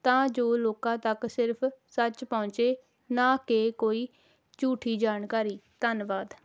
ਤਾਂ ਜੋ ਲੋਕਾਂ ਤੱਕ ਸਿਰਫ ਸੱਚ ਪਹੁੰਚੇ ਨਾ ਕਿ ਕੋਈ ਝੂਠੀ ਜਾਣਕਾਰੀ ਧੰਨਵਾਦ